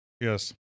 Yes